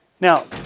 Now